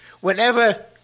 Whenever